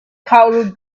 caused